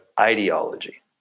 ideology